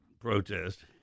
protest